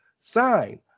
sign